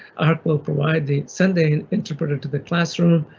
arc will provide the sunday and interpreter to the classroom,